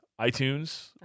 iTunes